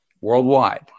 worldwide